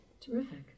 Terrific